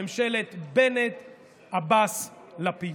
ממשלת בנט-עבאס-לפיד.